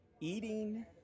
eating